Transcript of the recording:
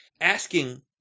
Asking